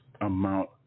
amount